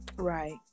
Right